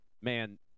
man